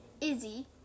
Izzy